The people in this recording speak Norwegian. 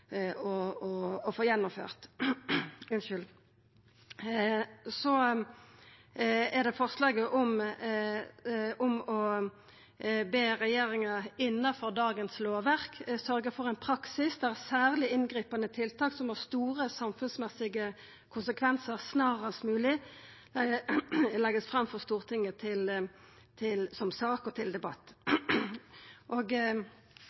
få gjennomført. Så til forslaget om å be regjeringa, innanfor dagens lovverk, sørgja for ein praksis der særleg inngripande tiltak som har store samfunnsmessige konsekvensar, snarast mogleg vert lagde fram for Stortinget som sak og til debatt: